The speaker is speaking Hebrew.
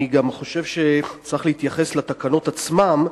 אני גם חושב שצריך להתייחס לתקנות עצמן,